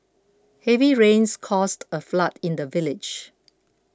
heavy rains caused a flood in the village